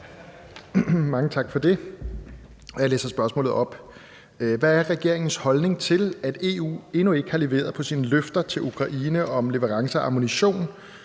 Mange tak for det. Jeg læser spørgsmålet op: Hvad er regeringens holdning til, at EU endnu ikke har leveret på sine løfter til Ukraine om leverancer af ammunition,